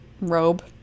robe